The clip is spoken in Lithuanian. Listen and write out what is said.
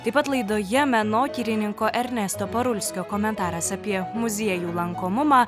taip pat laidoje menotyrininko ernesto parulskio komentaras apie muziejų lankomumą